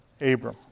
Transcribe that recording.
Abram